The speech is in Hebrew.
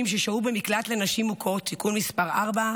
ששהו במקלט לנשים מוכות) (תיקון מס' 4),